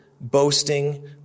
boasting